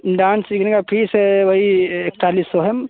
dance सीखने का fees वही इकतालीस सौ है